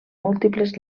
múltiples